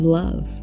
love